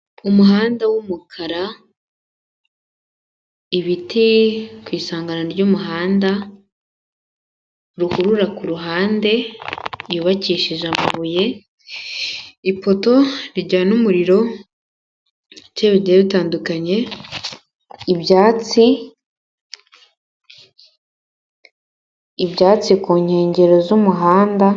Umuhanda w'umukara, ibiti ku isangano ry'umuhanda, ruhurura ku ruhande yubakishije amabuye, ipoto rijyana umuriro mu bice bigiye bitandukanye, ibyatsi ku nkengero z'umuhanda.